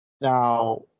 Now